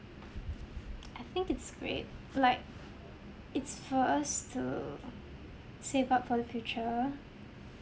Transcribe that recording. I think it's great like it's for us to save up for the future